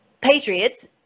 Patriots